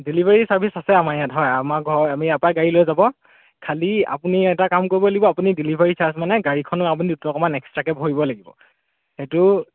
delivery service আছে আমাৰ ইয়াত হয় আমাৰ ঘৰ আমি ইয়াৰ পৰাই গাড়ী লৈ যাব খালী আপুনি এটা কাম কৰিব লাগিব আপুনি ডিলিভাৰী চাৰ্জ মানে গাড়ীখনৰ আপুনি দুটকামান এক্সটাকৈ ভৰিব লাগিব সেইটো